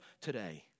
today